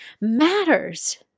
matters